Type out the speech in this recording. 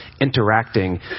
interacting